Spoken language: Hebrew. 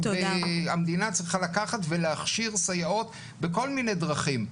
המדינה צריכה לקחת ולהכשיר סייעות בכל מיני דרכים.